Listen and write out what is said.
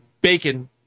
Bacon